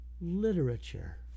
literature